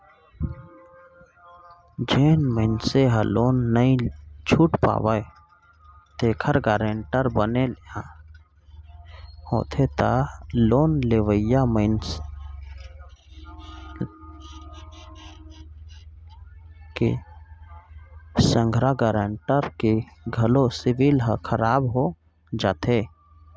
जेन मनसे ह लोन नइ छूट पावय तेखर गारेंटर बने होथे त लोन लेवइया के संघरा गारेंटर के घलो सिविल ह खराब हो जाथे